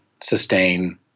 sustain